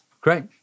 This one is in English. Great